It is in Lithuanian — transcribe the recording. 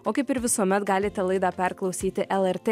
o kaip ir visuomet galite laidą perklausyti lrt